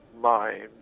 mind